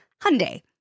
Hyundai